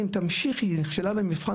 זה לא כסף קטן.